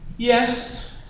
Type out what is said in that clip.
Yes